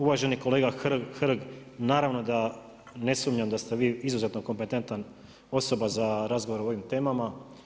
Uvaženi kolega Hrg, naravno da ne sumnjam da ste vi izuzetno kompetentna osoba za razgovor o ovim temama.